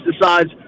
decides